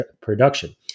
production